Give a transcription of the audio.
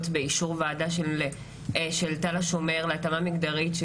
באישור ועדה של תל השומר להתאמה מגדרית.